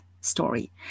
story